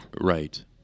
right